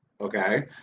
okay